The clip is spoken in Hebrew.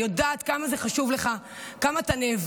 אני יודעת כמה זה חשוב לך, כמה אתה נאבק.